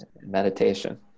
meditation